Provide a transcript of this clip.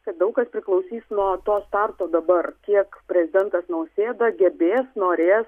kad daug kas priklausys nuo to starto dabar kiek prezidentas nausėda gebės norės